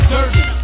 Dirty